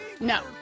No